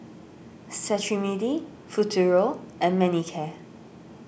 Cetrimide Futuro and Manicare